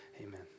Amen